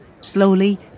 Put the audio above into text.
slowly